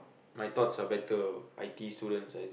my thoughts are better I_T_E students as in